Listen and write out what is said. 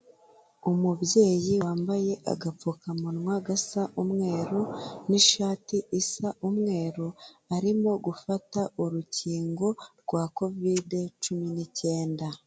Umubyeyi wambaye agapfukamunwa gasa umweru n'ishati isa umweru arimo gufata urukingo rwa Covid cumi n'ikenda.